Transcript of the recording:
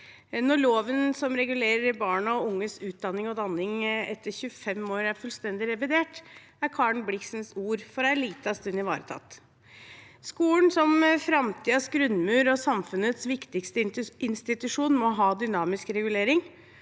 Når loven som regulerer barn og unges utdanning og danning etter 25 år, er fullstendig revidert, er Karen Blixens ord for en liten stund ivaretatt. Skolen som framtidens grunnmur og samfunnets viktigste institusjon må ha dynamisk regulering.